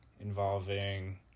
involving